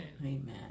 Amen